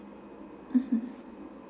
mmhmm